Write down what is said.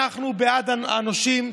אנחנו בעד הנושים,